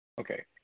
Okay